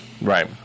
Right